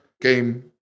game